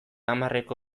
hamarreko